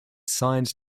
signs